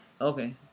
Okay